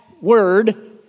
word